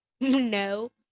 No